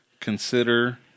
consider